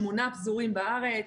שמונה פזורים בארץ.